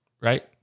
right